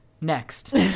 Next